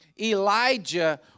Elijah